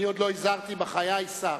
אני עוד לא הזהרתי בחיי שר.